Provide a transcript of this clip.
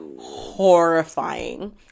horrifying